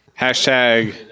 Hashtag